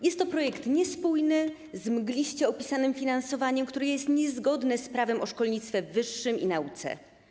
Jest to projekt niespójny z mgliście opisanym finansowaniem, które jest niezgodne z Prawem o szkolnictwie wyższym i nauce.